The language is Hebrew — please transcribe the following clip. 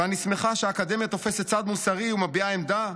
ואני שמחה שהאקדמיה תופסת צד מוסרי ומביעה עמדה,